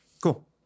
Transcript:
Cool